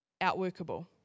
outworkable